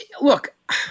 look